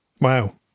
Wow